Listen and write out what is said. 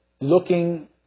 looking